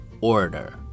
order